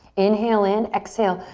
inhale in. exhale,